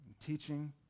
teaching